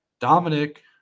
Dominic